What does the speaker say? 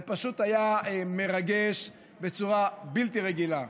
זה היה פשוט מרגש בצורה בלתי רגילה.